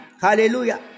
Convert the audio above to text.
Hallelujah